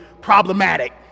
problematic